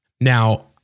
Now